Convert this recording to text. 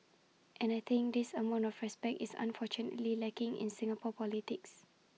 and I think this amount of respect is unfortunately lacking in Singapore politics